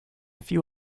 few